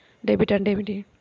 Debit అంటే ఏమిటి?